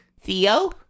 Theo